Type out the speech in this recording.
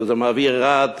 שזה מעביר רעד